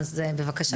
בבקשה.